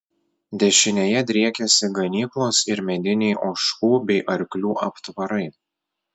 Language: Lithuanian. dešinėje driekėsi ganyklos ir mediniai ožkų bei arklių aptvarai